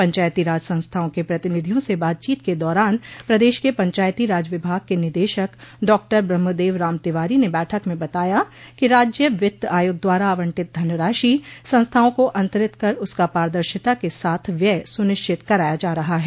पंचायती राज संस्थाओं के प्रतिनिधियों से बातचीत के दौरान प्रदेश के पंचायती राज विभाग के निदेशक डाक्टर ब्रहमदेव राम तिवारी ने बैठक में बताया कि राज्य वित्त आयोग द्वारा आवंटित धनराशि संस्थाओं को अंतरित कर उसका पारदर्शिता के साथ व्यय सुनिश्चित कराया जा रहा है